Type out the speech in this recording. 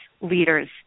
leaders